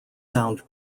sound